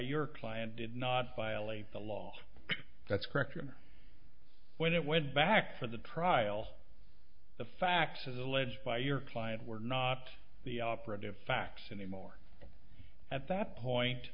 your client did not violate the law that's correct or when it went back for the trial the facts as alleged by your client were not the operative facts anymore at that point